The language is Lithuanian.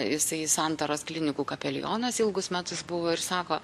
jisai santaros klinikų kapelionas ilgus metus buvo ir sako